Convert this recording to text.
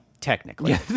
technically